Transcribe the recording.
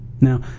Now